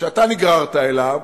שאתה נגררת אליו,